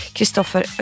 Kristoffer